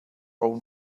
own